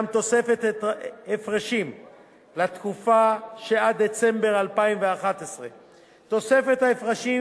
גם תוספת הפרשים לתקופה שעד דצמבר 2011. תוספת ההפרשים